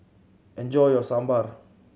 enjoy your Sambar